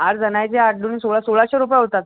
आठजणाचे आठ दुणे सोळा सोळाशे रुपये होतात